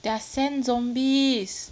they are sand zombies